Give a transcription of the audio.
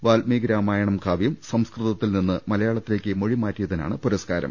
വാൽമീകി രാമായണം കാവ്യം സംസ്കൃ തത്തിൽ നിന്ന് മലയാളത്തിലേക്ക് മൊഴിമാറ്റിയതിനാണ് പുരസ്കാരം